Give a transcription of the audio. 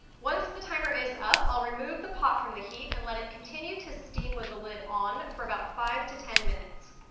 once the timer is up, i'll remove the pot from the heat and let it continue to steam with the lid on for about five to ten minutes.